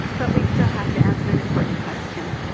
but we still have to answer an important question.